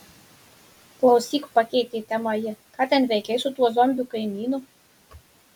klausyk pakeitė temą ji ką ten veikei su tuo zombiu kaimynu